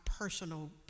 personal